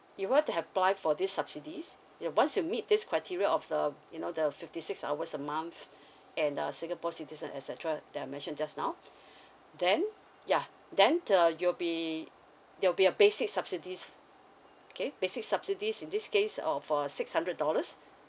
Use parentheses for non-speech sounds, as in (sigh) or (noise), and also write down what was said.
you would have to apply for this subsidies ya once you meet this criteria of the you know the fifty six hours a month (breath) and a singapore citizen etcetera that I mentioned just now (breath) then yeah then uh you'll be there will be a basic subsidies okay basic subsidies in this case or for six hundred dollars